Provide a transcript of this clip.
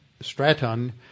Straton